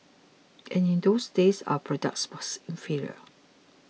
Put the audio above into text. and in those days our product was inferior